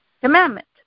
commandment